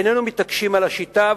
איננו מתעקשים על השיטה,